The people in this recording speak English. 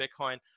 Bitcoin